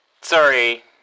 Sorry